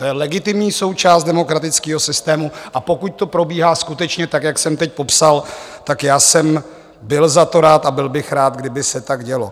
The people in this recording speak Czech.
To je legitimní součást demokratického systému, a pokud to probíhá skutečně tak, jak jsem teď popsal, tak já jsem byl za to rád a byl bych rád, kdyby se tak dělo.